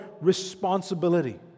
responsibility